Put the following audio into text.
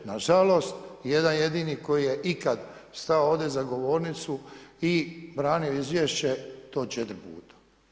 Na žalost jedan jedini koji je ikad stao ovdje za govornicu i branio izvješće to četiri puta.